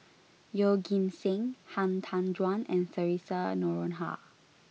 Yeoh Ghim Seng Han Tan Juan and Theresa Noronha